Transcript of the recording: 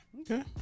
Okay